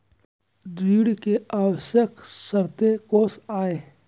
ऋण के आवश्यक शर्तें कोस आय?